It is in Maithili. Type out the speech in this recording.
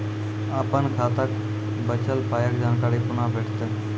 अपन खाताक बचल पायक जानकारी कूना भेटतै?